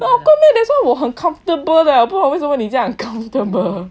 awkward meh that's why 我很 comfortable leh 我不懂为什么你这样 uncomfortable